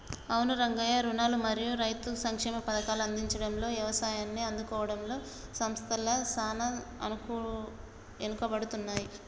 అవును రంగయ్య రుణాలు మరియు రైతు సంక్షేమ పథకాల అందించుడులో యవసాయాన్ని ఆదుకోవడంలో సంస్థల సాన ఎనుకబడుతున్నాయి